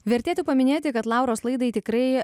vertėtų paminėti kad lauros laidai tikrai